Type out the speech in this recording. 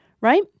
right